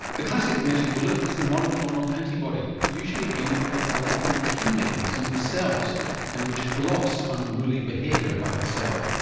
the classic magic bullet is the monoclonal antibody usually aimed at a lock and key mechanism in cells and which blocks unruly behaviour by the cell.